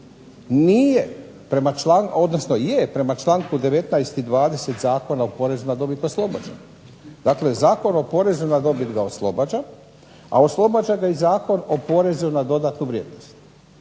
je prema članku 19. i 20. Zakona o porezu na dobit oslobođena. Dakle Zakon o porezu na dobit ga oslobađa, a oslobađa ga i Zakon o porezu na dodatnu vrijednost.